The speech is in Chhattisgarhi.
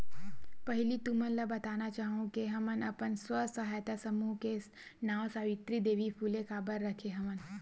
पहिली तुमन ल बताना चाहूँ के हमन अपन स्व सहायता समूह के नांव सावित्री देवी फूले काबर रखे हवन